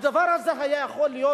הדבר הזה היה יכול להיות,